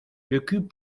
beaucoup